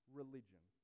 religion